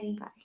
bye